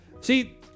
See